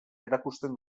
erakusten